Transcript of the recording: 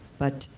but,